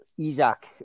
Isaac